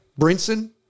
Brinson